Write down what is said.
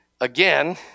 again